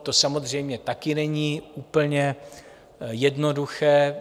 To samozřejmě také není úplně jednoduché.